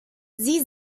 sie